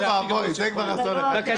אוי ואבוי, זה כבר אסון אחח.